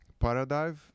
Paradive